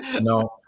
no